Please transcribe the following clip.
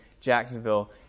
Jacksonville